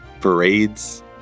parades